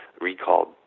recalled